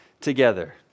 together